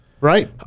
Right